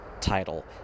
title